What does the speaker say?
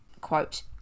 Quote